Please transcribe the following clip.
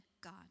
God